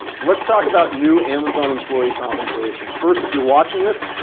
let's talk about new amazon employee compensation. first, if you're watching this,